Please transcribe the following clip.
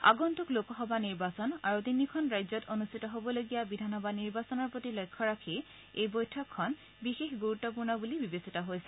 আগন্তুক লোকসভা নিৰ্বাচন আৰু তিনিখন ৰাজ্যত অনুষ্ঠিত হবলগীয়া বিধানসভা নিৰ্বাচনৰ প্ৰতি লক্ষ্য ৰাখি এই বৈঠকখন বিশেষ গুৰুত্বপূৰ্ণ বুলি বিবেচিত হৈছে